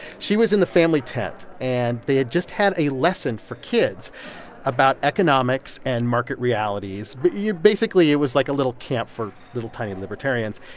she was in the family tent, and they had just had a lesson for kids about economics and market realities. but yeah basically, it was like a little camp for little tiny libertarians.